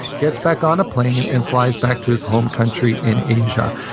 gets back on a plane and flies back to his home country in asia.